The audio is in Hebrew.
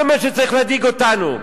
זה מה שצריך להדאיג אותנו.